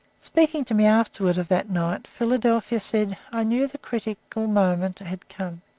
speaking to me afterward of that night, philadelphia said i knew the critical moment had come,